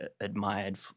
admired